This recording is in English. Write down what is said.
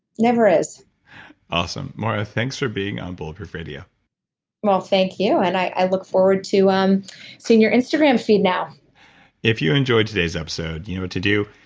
never is awesome. moira, thanks for being on bulletproof radio well, thank you. and i look forward to um seeing your instagram feed now if you enjoyed today's episode, you know what to do.